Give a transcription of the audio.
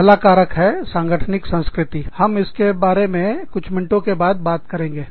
पहला कारक है सांगठनिक संस्कृति हम इसके बारे में कुछ मिनटों के बाद बात करेंगे